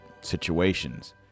situations